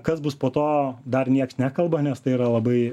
kas bus po to dar nieks nekalba nes tai yra labai